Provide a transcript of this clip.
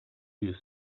you